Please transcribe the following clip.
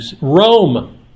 Rome